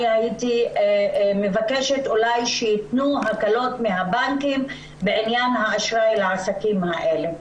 אני הייתי מבקשת אולי שיתנו הקלות מהבנקים בעניין האשראי לעסקים האלה.